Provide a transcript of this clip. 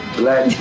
black